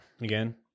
again